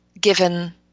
given